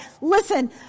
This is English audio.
Listen